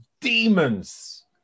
demons